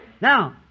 Now